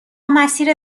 مسیر